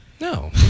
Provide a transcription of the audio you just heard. No